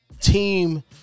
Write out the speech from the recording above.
team